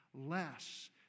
less